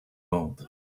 gold